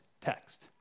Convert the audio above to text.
text